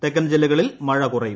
തെക്കൻ ജില്ലകളിൽ മഴ കുറയും